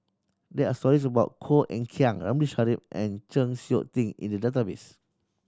there are stories about Koh Eng Kian Ramli Sarip and Chng Seok Tin in the database